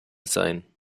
sein